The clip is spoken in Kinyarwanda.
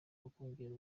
bakongera